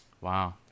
Wow